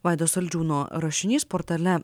vaido saldžiūno rašinys portale